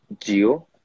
Geo